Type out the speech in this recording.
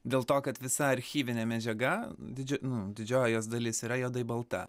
dėl to kad visa archyvinė medžiaga didžio didžioji dalis yra juodai balta